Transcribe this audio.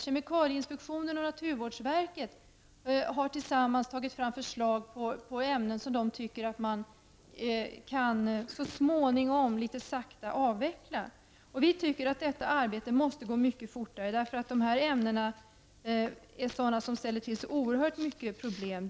Kemikalieinspektionen och naturvårdsverket har tillsammans tagit fram förslag till ämnen som man tycker att man så småningom, litet sakta, kan avveckla. Vi tycker att detta arbete måste gå mycket fortare, eftersom dessa ämnen ställer till oerhört mycket av problem.